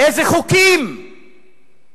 איזה חוקים חוקקו נגד היהודים